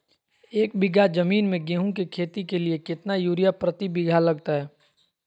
एक बिघा जमीन में गेहूं के खेती के लिए कितना यूरिया प्रति बीघा लगतय?